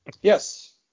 Yes